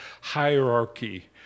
hierarchy